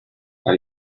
how